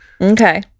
Okay